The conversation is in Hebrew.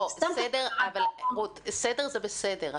סדר זה בסדר.